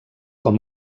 com